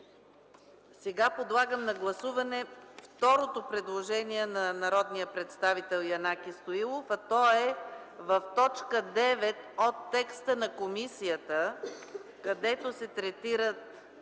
Сега подлагам на гласуване второто предложение на народния представител Янаки Стоилов, а то е в т. 9 от текста на комисията, където се третират